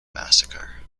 massacre